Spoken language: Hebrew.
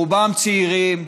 רובם צעירים,